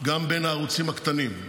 גם בין הערוצים הקטנים.